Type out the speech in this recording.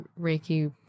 Reiki